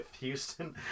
Houston